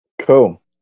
Cool